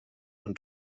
und